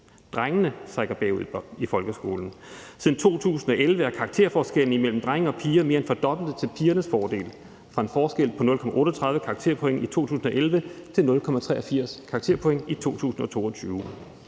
Drengene sakker bagud i folkeskolen. Siden 2011 er karakterforskellen imellem drenge og piger mere end fordoblet til pigernes fordel fra en forskel på 0,38 karakterpoint i 2011 til 0,83 karakterpoint i 2022.